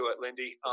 Lindy